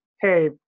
hey